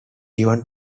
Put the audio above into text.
given